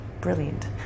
brilliant